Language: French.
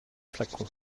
flacon